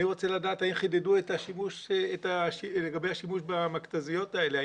אני רוצה לדעת האם חידדו לגבי השימוש במכת"זיות האלה,